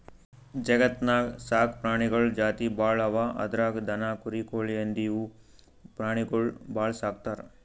ಜಗತ್ತ್ನಾಗ್ ಸಾಕ್ ಪ್ರಾಣಿಗಳ್ ಜಾತಿ ಭಾಳ್ ಅವಾ ಅದ್ರಾಗ್ ದನ, ಕುರಿ, ಕೋಳಿ, ಹಂದಿ ಇವ್ ಪ್ರಾಣಿಗೊಳ್ ಭಾಳ್ ಸಾಕ್ತರ್